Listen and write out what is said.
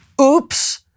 Oops